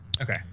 Okay